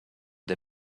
der